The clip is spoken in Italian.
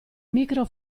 micro